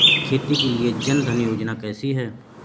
खेती के लिए जन धन योजना कैसी है?